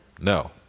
No